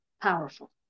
powerful